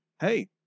hey